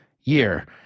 year